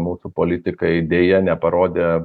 mūsų politikai deja neparodė